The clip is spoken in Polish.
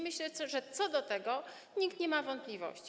Myślę, że co do tego nikt nie ma wątpliwości.